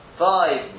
five